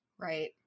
right